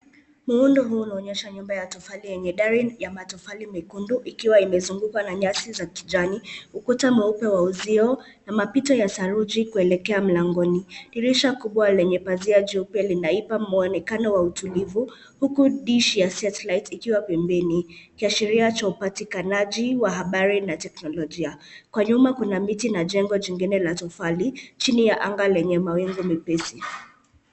Muundo huu unaonyesha nyumba ya tofali yenye dari ya matofali mekundu, ikiwa imezungukwa na nyasi za kijani, ukuta mweupe wa uzio, na mapito ya saruji kuelekea mlangoni. Dirisha kubwa lenye pazia jeupe linaipa muonekano wa utulivu, huku dish ya satellite ikiwa pembeni. Kiashiria cha upatikanaji, wa habari na teknolojia. Kwa nyuma kuna miti na jengo jingine la tofali, chini ya anga lenye mawingu mepesi.